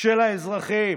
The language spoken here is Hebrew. של האזרחים.